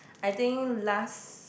I think last